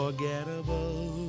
Unforgettable